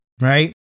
right